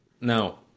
No